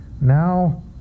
now